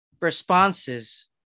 responses